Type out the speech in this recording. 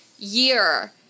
year